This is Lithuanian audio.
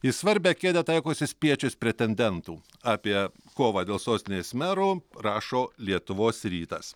į svarbią kėdę taikosi spiečius pretendentų apie kovą dėl sostinės mero rašo lietuvos rytas